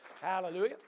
Hallelujah